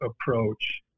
approach